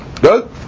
Good